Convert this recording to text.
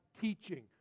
teaching